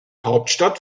hauptstadt